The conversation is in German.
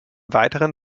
weiteren